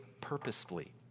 purposefully